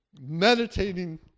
meditating